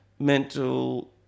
mental